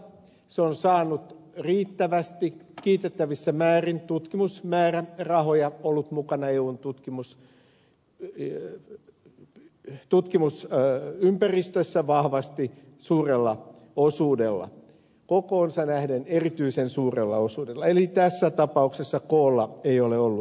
se on saanut riittävästi kiitettävässä määrin tutkimusmäärärahoja ja ollut mukana eun tutkimusympäristössä vahvasti suurella osuudella kokoonsa nähden erityisen suurella osuudella eli tässä tapauksessa koolla ei ole ollut väliä